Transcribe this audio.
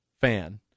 fan